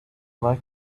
like